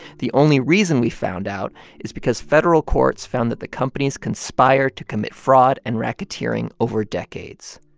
the only reason we found out is because federal courts found that the companies conspired to commit fraud and racketeering over decades.